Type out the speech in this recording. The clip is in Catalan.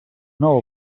nova